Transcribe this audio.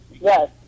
yes